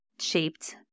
shaped